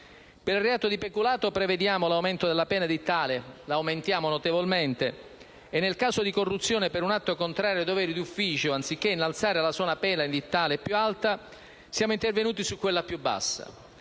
Per il reato di peculato prevediamo l'aumento notevole della pena edittale e, nel caso di corruzione per un atto contrario ai doveri di uffici, anziché innalzare la sola pena edittale più alta siamo intervenuti su quella più bassa: